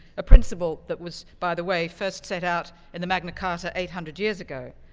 a principle that was by the way first set out in the magna carta eight hundred years ago,